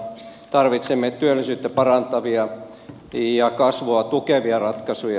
tarvitsemme työllisyyttä parantavia ja kasvua tukevia ratkaisuja